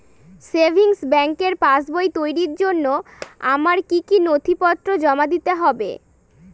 Savings ব্যাংকের পাসবই তৈরির জন্য আমার কি কি নথিপত্র জমা দিতে হবে?